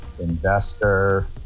investor